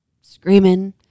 screaming